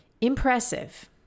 Impressive